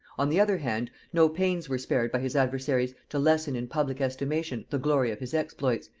on the other hand, no pains were spared by his adversaries to lessen in public estimation the glory of his exploits,